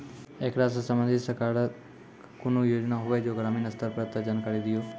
ऐकरा सऽ संबंधित सरकारक कूनू योजना होवे जे ग्रामीण स्तर पर ये तऽ जानकारी दियो?